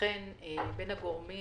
אכן בין הגורמים